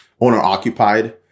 owner-occupied